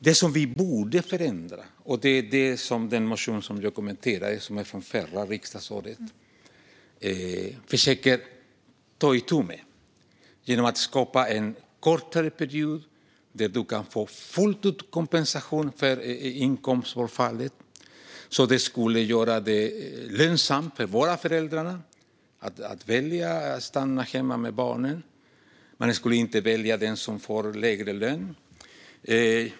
Det vi borde förändra, som man kan läsa om i Liberalernas motion från förra riksdagsåret, är att möjliggöra för en kortare period där föräldern kan få full kompensation för inkomstbortfallet. Det skulle göra det lönsamt för båda föräldrarna att stanna hemma med barnet, och man skulle inte välja den med lägre lön.